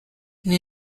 new